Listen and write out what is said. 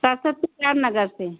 सरसतपुर रामनगर से